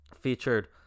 featured